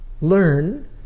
Learn